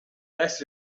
best